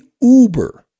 uber-